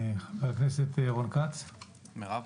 חבר הכנסת רון כץ, בבקשה.